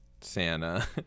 Santa